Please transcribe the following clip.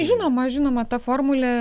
žinoma žinoma ta formulė